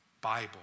Bible